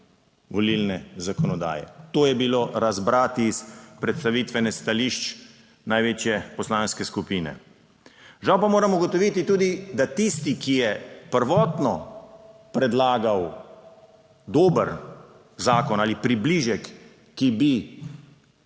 volilne zakonodaje. To je bilo razbrati iz predstavitve stališč največje poslanske skupine. Žal pa moram ugotoviti tudi, da tisti, ki je prvotno predlagal dober zakon ali približek, ki bi